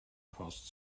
cost